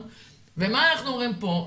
עכשיו מה אנחנו אומרים פה?